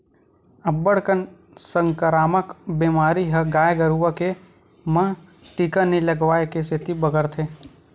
अब्बड़ कन संकरामक बेमारी ह गाय गरुवा के म टीका नइ लगवाए के सेती बगरथे